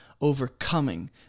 overcoming